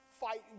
fight